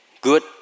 good